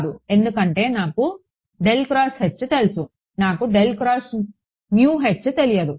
కాదు ఎందుకంటే నాకు తెలుసు నాకు తెలియదు